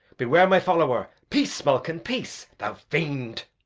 beware my follower. peace, smulkin! peace, thou fiend!